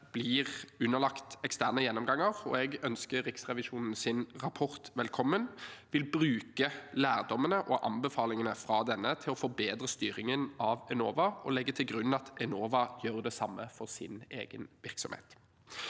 blir underlagt eksterne gjennomganger. Jeg ønsker Riksrevisjonens rapport velkommen og vil bruke lærdommen og anbefalingene fra denne til å forbedre styringen av Enova og legger til grunn at Enova gjør det samme for sin egen virksomhet.